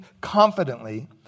confidently